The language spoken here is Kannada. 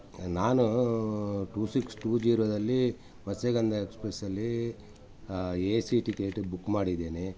ನಾನು ಟೂ ಸಿಕ್ಸ್ ಟೂ ಜೀರೋದಲ್ಲಿ ಮತ್ಯಗಂಧ ಎಕ್ಸ್ಪ್ರೆಸ್ಸಲ್ಲಿ ಎ ಸಿ ಟಿಕೆಟ್ ಬುಕ್ ಮಾಡಿದ್ದೇನೆ